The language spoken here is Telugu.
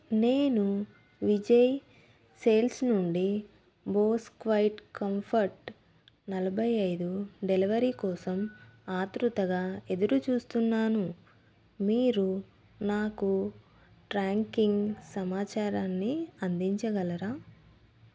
నేను విజయ్ సేల్స్ నుండి బోస్ క్వైట్ కంఫర్ట్ నలభై ఐదు డెలవరీ కోసం ఆత్రుతగా ఎదురుచూస్తున్నాను మీరు నాకు ట్రాకింగ్ సమాచారాన్ని అందించగలరా